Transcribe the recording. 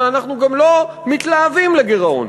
אבל אנחנו גם לא מתלהבים מגירעון.